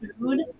food